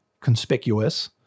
conspicuous